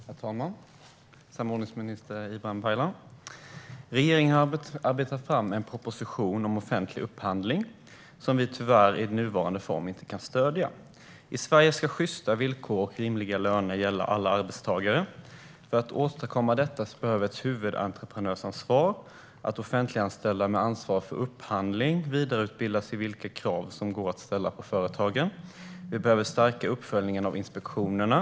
Herr talman! Samordningsminister Ibrahim Baylan! Regeringen har arbetat fram en proposition om offentlig upphandling, som vi tyvärr inte kan stödja i nuvarande form. I Sverige ska sjysta villkor och rimliga löner gälla alla arbetstagare. För att detta ska åstadkommas behövs ett huvudentreprenörsansvar och att offentliganställda med ansvar för upphandling vidareutbildas i vilka krav som går att ställa på företagen. Vi behöver också stärka uppföljningen av inspektionerna.